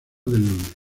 del